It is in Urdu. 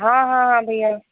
ہاں ہاں ہاں بھیا